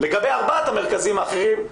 לגבי ארבעת המרכזים האחרים,